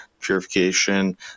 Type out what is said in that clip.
purification